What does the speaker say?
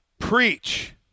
Preach